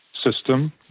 system